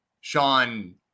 Sean